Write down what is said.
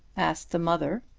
asked the mother.